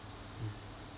mm